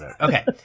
okay